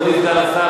אדוני סגן השר,